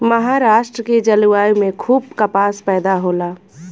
महाराष्ट्र के जलवायु में खूब कपास पैदा होला